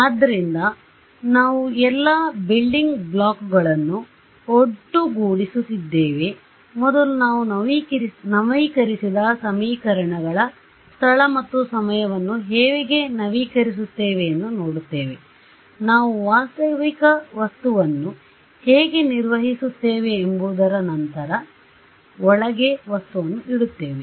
ಆದ್ದರಿಂದ ನಾವು ಎಲ್ಲಾ ಬಿಲ್ಡಿಂಗ್ ಬ್ಲಾಕ್ಗಳನ್ನು ಒಟ್ಟುಗೂಡಿಸುತ್ತಿದ್ದೇವೆ ಮೊದಲು ನಾವು ನವೀಕರಿಸಿದ ಸಮೀಕರಣಗಳ ಸ್ಥಳ ಮತ್ತು ಸಮಯವನ್ನು ಹೇಗೆ ನವೀಕರಿಸುತ್ತೇವೆ ಎಂದು ನೋಡುತ್ತೇವೆ ನಾವು ವಾಸ್ತವಿಕ ವಸ್ತುವನ್ನು ಹೇಗೆ ನಿರ್ವಹಿಸುತ್ತೇವೆ ಎಂಬುದರ ನಂತರ ಒಳಗೆ ವಸ್ತುವನ್ನು ಇಡುತ್ತೇವೆ